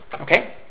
Okay